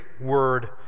word